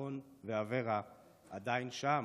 אורון ואברה עדיין שם